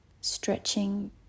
stretching